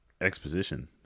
Exposition